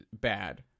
bad